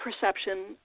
perception